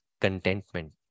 contentment